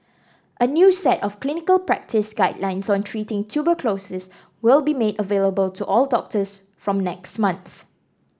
a new set of clinical practice guidelines on treating tuberculosis will be made available to all doctors from next month